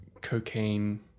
cocaine